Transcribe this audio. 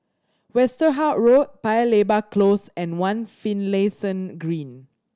Westerhout Road Paya Lebar Close and One Finlayson Green